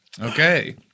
Okay